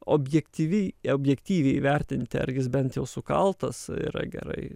objektyvi objektyviai įvertinti ar jis bent jau sukaltas yra gerai